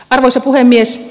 arvoisa puhemies